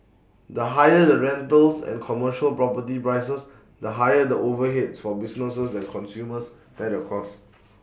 the higher the rentals and commercial property prices the higher the overheads for businesses and consumers bear the costs